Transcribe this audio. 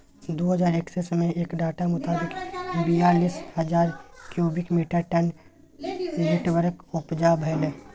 दु हजार एक्कैस मे एक डाटा मोताबिक बीयालीस हजार क्युबिक मीटर टन टिंबरक उपजा भेलै